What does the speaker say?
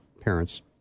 parents